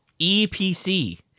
EPC